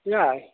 येया